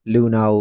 Luna